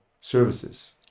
services